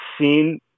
seen